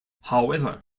however